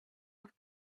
off